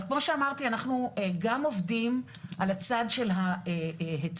אז כמו שאמרתי אנחנו גם עובדים על הצד של ההיצע,